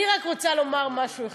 אני רק רוצה לומר משהו אחד: